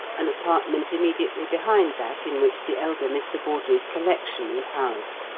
an apartment immediately behind that in which the elder mr. bawdrey's collection was housed,